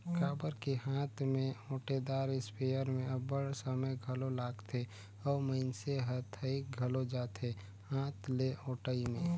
काबर कि हांथ में ओंटेदार इस्पेयर में अब्बड़ समे घलो लागथे अउ मइनसे हर थइक घलो जाथे हांथ ले ओंटई में